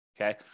okay